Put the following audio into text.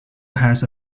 has